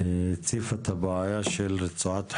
שהציפה את הבעיה של רצועת החוף,